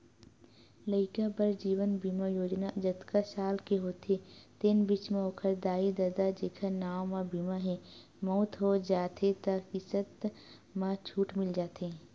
लइका बर जीवन बीमा योजना जतका साल के होथे तेन बीच म ओखर दाई ददा जेखर नांव म बीमा हे, मउत हो जाथे त किस्त म छूट मिल जाथे